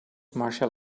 martial